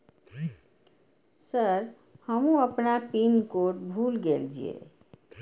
Sir हमू अपना pin code भूल गेल जीये?